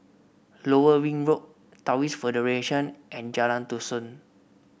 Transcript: Lower Ring Road Taoist Federation and Jalan Dusun